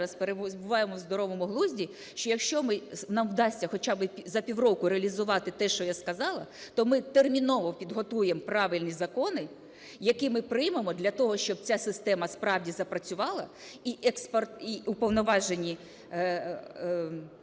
ми зараз перебуваємо в здоровому глузді, що якщо нам вдасться хоча би за півроку реалізувати те, що я сказала, то ми терміново підготуємо правильні закони, які ми приймемо для того, щоб ця система справді запрацювала, і уповноважені